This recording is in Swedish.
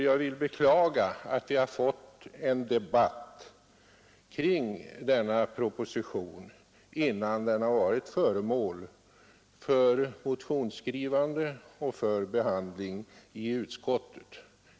Jag beklagar att vi har fått en debatt kring denna proposition innan den har varit föremål för motionsskrivande och för behandling i utskottet.